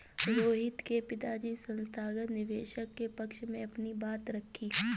रोहित के पिताजी संस्थागत निवेशक के पक्ष में अपनी बात रखी